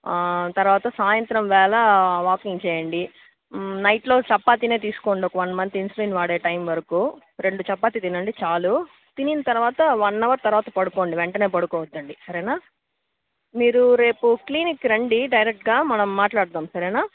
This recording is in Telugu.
తర్వాత సాయంత్రం వేళ వాకింగ్ చెయ్యండి నైట్లో చపాతినే తీసుకోండి ఒక వన్ మంత్ ఇన్సులిన్ వాడే టైం వరకు రెండు చపాతి తినండి చాలు తిన్న తరువాత వన్ అవర్ తర్వాత పడుకోండి వెంటనే పడుకోవద్దండి సరేనా మీరు రేపు క్లీనిక్కి రండి డైరెక్ట్గా మనం మాట్లాడదాం సరేనా